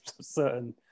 certain